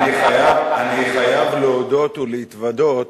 אני חייב להודות ולהתוודות